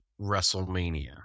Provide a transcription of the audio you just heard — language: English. WrestleMania